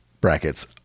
brackets